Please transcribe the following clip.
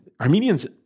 Armenians